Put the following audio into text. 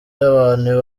y’abantu